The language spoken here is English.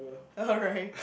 alright